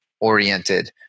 oriented